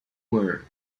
were